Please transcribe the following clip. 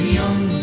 young